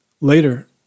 Later